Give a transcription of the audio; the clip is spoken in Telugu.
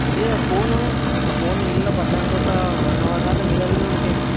అయితే ఆ ఫోను ఆ ఫోన్ నీళ్ళల్లో పడ్డాక ఒక వన్ అవర్ దాక నీళ్ళల్లోనే ఉండిపోయింది అది